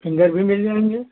finger भी मिल जाएंगे